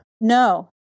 No